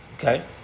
okay